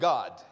God